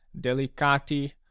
delicati